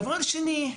דבר שני,